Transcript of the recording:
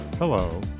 Hello